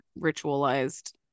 ritualized